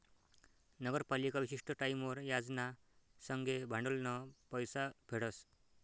नगरपालिका विशिष्ट टाईमवर याज ना संगे भांडवलनं पैसा फेडस